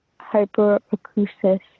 hyperacusis